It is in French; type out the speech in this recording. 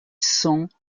cents